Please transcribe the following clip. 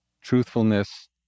truthfulness